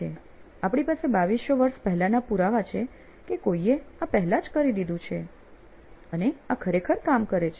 " આપણી પાસે 2200 વર્ષ પહેલાંના પુરાવા છે કે કોઈએ આ પહેલા જ કરી દીધું છે અને આ ખરેખર કામ કરે છે